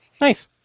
Nice